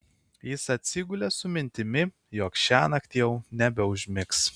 jis atsigulė su mintimi jog šiąnakt jau nebeužmigs